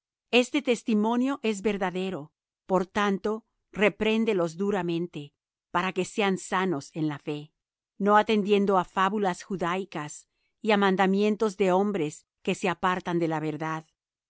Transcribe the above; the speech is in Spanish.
este testimonio es verdadero por tanto repréndelos duramente para que sean sanos en la fe no atendiendo á fábulas judaicas y á mandamientos de hombres que se apartan de la verdad